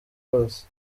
bose